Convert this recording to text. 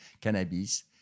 cannabis